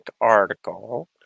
article